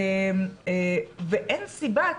ואין סיבה,